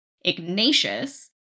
Ignatius